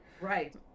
right